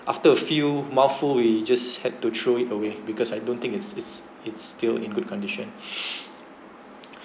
after a few mouthful we just had to throw it away because I don't think it's it's it's still in good condition